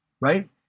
right